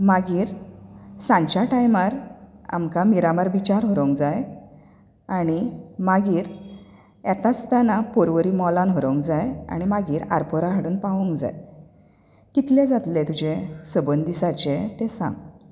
मागीर सांजच्या टायमार आमकां मिरामार बीचार व्होरोंक जाय आनी मागीर येता आसतना पर्वरी मॅालान व्हरोंक जाय आनी मागीर आरपोरा हाडून पावोवंक जाय कितलें जातलें तुजें सबंद दिसाचे ते सांग